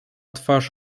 twarz